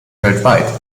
weltweit